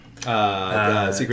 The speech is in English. Secret